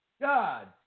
God